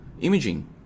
imaging